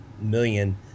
million